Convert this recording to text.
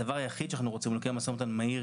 הדבר היחיד שאנחנו רוצים הוא לקיים משא ומתן מהיר,